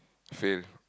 fail